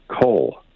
coal